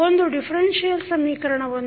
ಒಂದು ಡಿಫರೆನ್ಷಿಯಲ್ ಸಮೀಕರಣವನ್ನು ನೋಡೋಣ